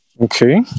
Okay